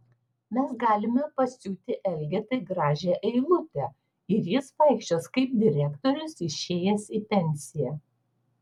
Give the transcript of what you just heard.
mes galime pasiūti elgetai gražią eilutę ir jis vaikščios kaip direktorius išėjęs į pensiją